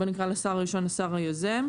בוא נקרא לשר הראשון השר היוזם,